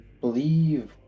believe